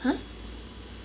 !huh!